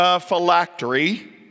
phylactery